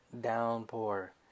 downpour